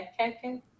okay